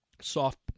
soft